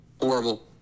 horrible